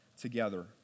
together